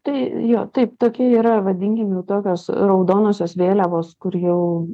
tai jo taip tokia yra vadinkim jau tokios raudonosios vėliavos kur jau